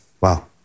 Wow